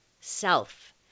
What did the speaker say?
self